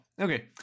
okay